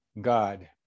God